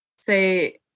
say